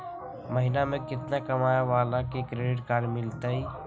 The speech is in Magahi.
महीना में केतना कमाय वाला के क्रेडिट कार्ड मिलतै?